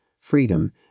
freedom